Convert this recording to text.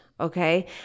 Okay